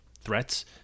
threats